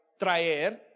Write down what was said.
Traer